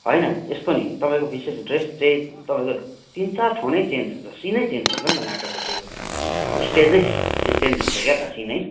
होइन यस्तो नि तपाईँको विशेष ड्रेस चाहिँ तपाईँको तिन चार ठाउँ नै चेन्ज हुन्छ सिनै चेन्ज हुन्छ नि त नाटकको त्यो स्टेजै चेन्ज हुन्छ क्या त सिनै